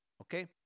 Okay